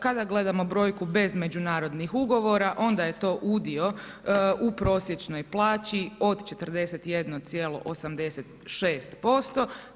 Kada gledamo brojku bez međunarodnih ugovora onda je to udio u prosječnoj plaći od 41,86%